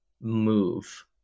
move